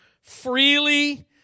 freely